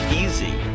easy